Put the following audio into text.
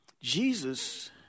Jesus